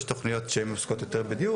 יש תוכניות שעוסקות יותר בדיור,